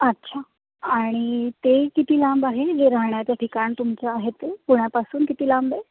अच्छा आणि ते किती लांब आहे जे राहण्याचं ठिकाण तुमचं आहे ते पुण्यापासून किती लांब आहे